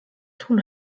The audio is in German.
tun